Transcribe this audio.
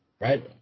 Right